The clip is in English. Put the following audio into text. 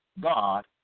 God